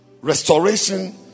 restoration